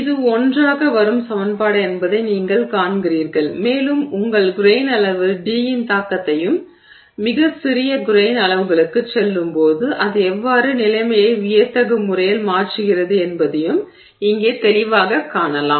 இது ஒன்றாக வரும் சமன்பாடு என்பதை நீங்கள் காண்கிறீர்கள் மேலும் உங்கள் கிரெய்ன் அளவு d இன் தாக்கத்தையும் மிகச் சிறிய கிரெய்ன் அளவுகளுக்குச் செல்லும்போது அது எவ்வாறு நிலைமையை வியத்தகு முறையில் மாற்றுகிறது என்பதையும் இங்கே தெளிவாகக் காணலாம்